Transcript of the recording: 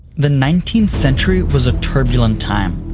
the nineteenth century was a turbulent time.